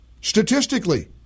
Statistically